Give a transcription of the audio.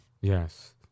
Yes